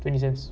twenty cents